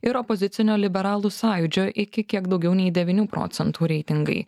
ir opozicinio liberalų sąjūdžio iki kiek daugiau nei devynių procentų reitingai